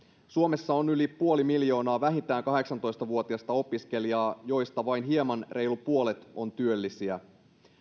suomessa on yli puoli miljoonaa vähintään kahdeksantoista vuotiasta opiskelijaa joista vain hieman reilu puolet on työllisiä